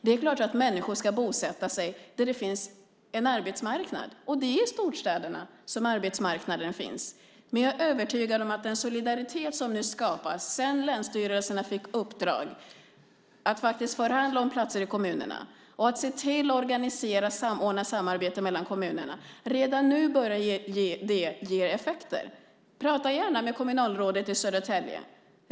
Det är klart att människor ska bosätta sig där det finns en arbetsmarknad, och det är i storstäderna som arbetsmarknader finns. Men jag är övertygad om att den solidariteten nu skapas sedan länsstyrelserna fick i uppdrag att förhandla om platser i kommunerna och organisera och samordna samarbete mellan kommunerna. Redan nu börjar det ge effekter. Prata gärna med kommunalrådet i Södertälje.